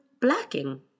blacking